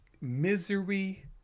misery